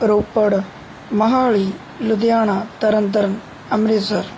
Ropar Mohali Ludhiana Tarn Taran Amritsar